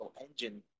Engine